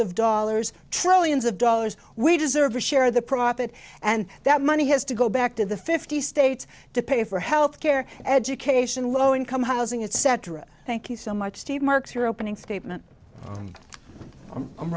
of dollars trillions of dollars we deserve a share of the profit and that money has to go back to the fifty states to pay for health care education low income housing etc thank you so much steve mark your opening statement and i'm